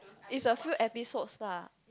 it's a few episodes lah